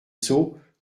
sceaux